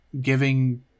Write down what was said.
giving –